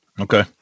Okay